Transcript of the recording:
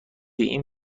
این